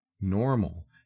normal